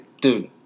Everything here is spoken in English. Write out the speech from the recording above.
Dude